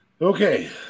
Okay